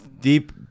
deep